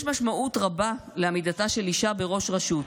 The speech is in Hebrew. יש משמעות רבה לעמידתה של אישה בראש רשות,